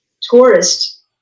tourist